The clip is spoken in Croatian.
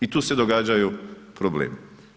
I tu se događaju problemi.